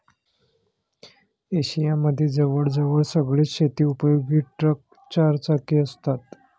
Asia मध्ये जवळ जवळ सगळेच शेती उपयोगी ट्रक चार चाकी असतात